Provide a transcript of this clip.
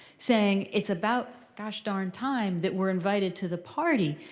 saying it's about gosh darn time that we're invited to the party.